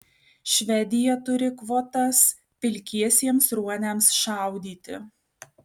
švedija turi kvotas pilkiesiems ruoniams šaudyti